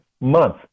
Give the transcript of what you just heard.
month